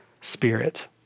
spirit